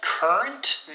Current